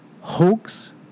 hoax